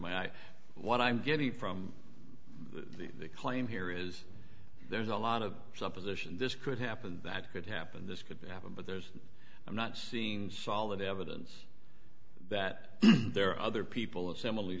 my what i'm getting from the claim here is there's a lot of supposition this could happen that could happen this could happen but there's i'm not seeing solid evidence that there are other people similarly